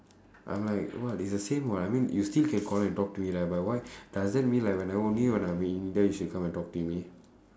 I'm like what it's the same what I mean you still can call and talk to me right but why does that mean like when I only when I'm in india she'll come and talk to me